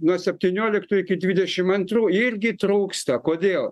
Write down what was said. nuo septynioliktų iki dvidešim antrų irgi trūksta kodėl